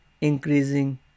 increasing